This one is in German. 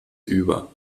über